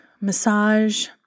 massage